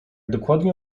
dokładnie